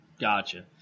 Gotcha